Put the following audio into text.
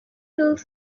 tools